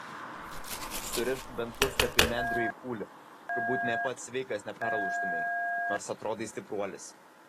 surišk bent puskapį nendrių į kūlį turbūt nė pats sveikas neperlaužtumei nors atrodai stipruolis